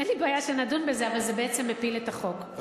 אין לי בעיה שנדון בזה, אבל זה בעצם מפיל את החוק.